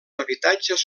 habitatges